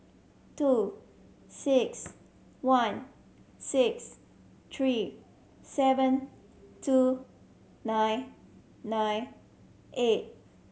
two six one six three seven two nine nine eight